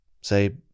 say